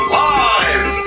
live